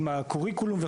עם הקוריקולום,